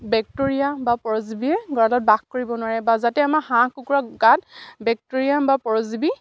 bacteria বা পৰজীৱীয়েই গঁৰালত বাস কৰিব নোৱাৰে বা যাতে আমাৰ হাঁহ কুকুৰাৰ গাত বেক্টেৰীয়া বা পৰজীৱী